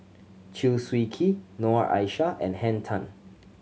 Chew Swee Kee Noor Aishah and Henn Tan